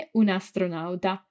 un'astronauta